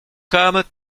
comme